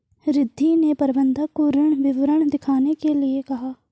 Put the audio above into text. रिद्धी ने प्रबंधक को ऋण विवरण दिखाने के लिए कहा